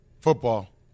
football